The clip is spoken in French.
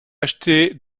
acheter